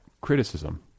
criticism